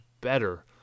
better